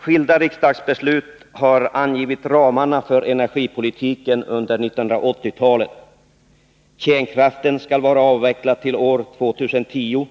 Skilda riksdagsbeslut har angivit ramarna för energipolitiken under 1980-talet. Kärnkraften skall vara avvecklad till år 2010.